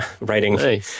writing